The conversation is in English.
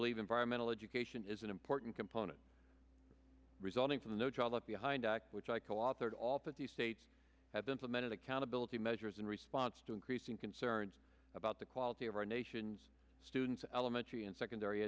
believe environmental education is an important component resulting from the no child left behind act which i coauthored all fifty states have been cemented accountability measures in response to increasing concerns about the quality of our nation's students elementary and secondary